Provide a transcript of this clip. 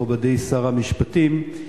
מכובד שר המשפטים,